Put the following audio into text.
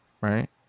right